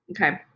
Okay